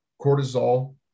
cortisol